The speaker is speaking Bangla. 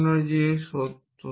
অন্য জিনিস সত্য